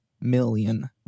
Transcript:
million